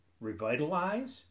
revitalize